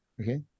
Okay